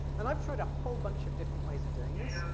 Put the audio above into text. and i've tried a whole bunch of different ways of doing this,